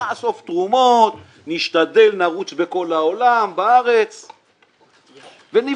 יאספו תרומות, נרוץ בכל העולם, בארץ ונבנה.